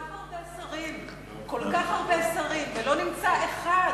כל כך הרבה שרים, כל כך הרבה שרים, ולא נמצא אחד,